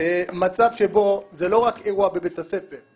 מצב שבו זה לא רק אירוע בבית הספר.